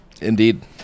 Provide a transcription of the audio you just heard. Indeed